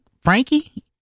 frankie